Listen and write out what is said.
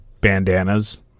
bandanas